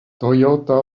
toyota